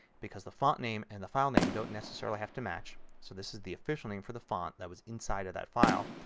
because the font name and the file name don't necessarily have to match. so this is the official name for the font that was inside the file.